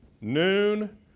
noon